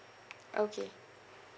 okay